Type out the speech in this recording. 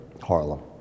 Harlem